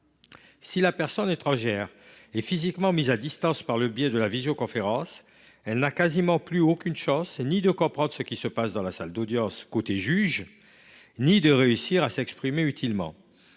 Si la personne étrangère est physiquement mise à distance par le biais de la visioconférence. Elle n’a presque plus aucune chance ni de comprendre ce qui se passe dans la salle d’audience du côté du juge ni de réussir à s’exprimer utilement.